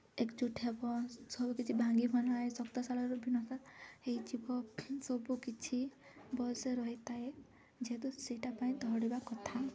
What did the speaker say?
ଏକଜୁଟ୍ ହେବ ସବୁକିଛି ଭାଙ୍ଗିବ ନାହିଁ ଶକ୍ତଶାଳରୁ ଭିନ୍ନ ହୋଇଯିବ ସବୁ କିଛି ଭଲସେ ରହିଥାଏ ଯେହେତୁ ସେଇଟା ପାଇଁ ଦୌଡ଼ିବା କଥା